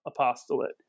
apostolate